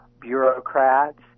bureaucrats